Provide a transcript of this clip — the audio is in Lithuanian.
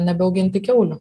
nebeauginti kiaulių